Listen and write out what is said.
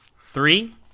Three